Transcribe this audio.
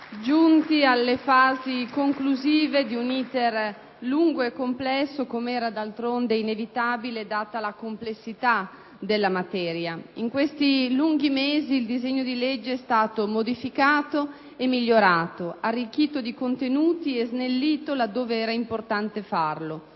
giunti alle fasi conclusive di un *iter* lungo e complesso, com'era d'altronde inevitabile, data la complessità della materia. In questi lunghi mesi il disegno di legge è stato modificato e migliorato, arricchito di contenuti e snellito là dove era importante farlo.